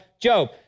Job